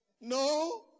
No